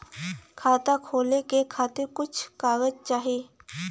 खाता खोले के खातिर कुछ कागज चाही?